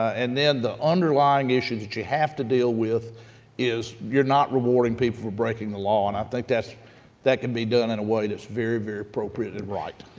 and then the underlying issue that you have to deal with is you're not rewarding people for breaking the law, and i think that's that can be done in a way that's very, very appropriate and right.